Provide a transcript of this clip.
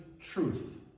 truth